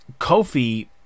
Kofi